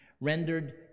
rendered